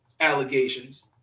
allegations